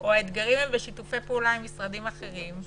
או הם בשיתופי פעולה עם משרדים אחרים.